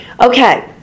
Okay